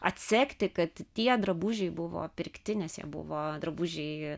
atsekti kad tie drabužiai buvo pirkti nes jie buvo drabužiai